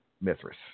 Mithras